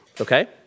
okay